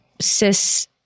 cis